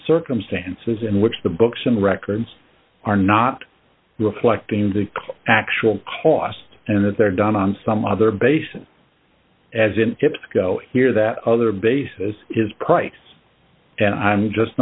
circumstances in which the books and records are not reflecting the actual cost and that they're done on some other bases as in tips go here that other bases his